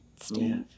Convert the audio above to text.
Steve